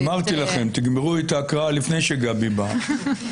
אמרתי לכם לסיים את ההקראה לפני שגבי מגיעה.